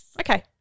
Okay